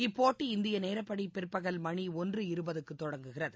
இப்போட்டி இந்திய நேரப்படி பிற்பகல் மணி ஒன்று இருபதுக்கு தொடங்குகிறது